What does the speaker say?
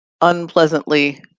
unpleasantly